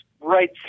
right